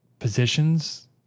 positions